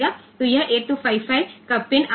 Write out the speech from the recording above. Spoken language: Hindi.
तो यह 8255 का पिन आरेख है